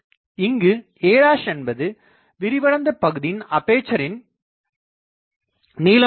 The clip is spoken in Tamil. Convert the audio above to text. இங்குaஎன்பது விரிவடைந்த பகுதியின் அப்பேசரின் நீளம் ஆகும்